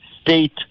state